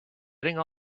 shutting